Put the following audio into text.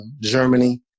Germany